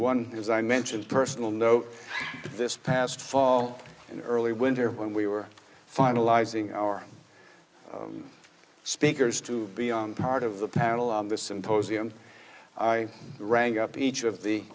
one as i mentioned personal note this past fall and early winter when we were finalizing our speakers to beyond part of the panel on the symposium i rang up each of the